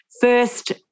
first